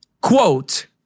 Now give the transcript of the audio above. quote